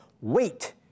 Wait